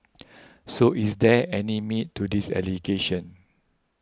so is there any meat to these allegations